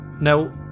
Now